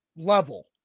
level